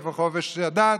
איפה חופש הדת?